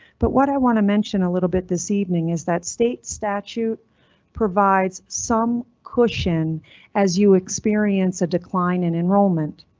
but what i want to mention a little bit this evening is that state statute provides some cushion as you experience a decline in enrollment.